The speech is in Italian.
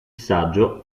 saggio